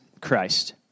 Christ